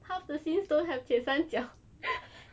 half the scenes don't have 铁三角